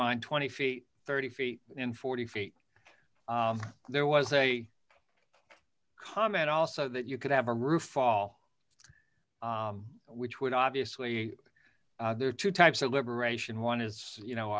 mine twenty feet thirty feet in forty feet there was a comment also that you could have a roof fall which would obviously there are two types of liberation one is you know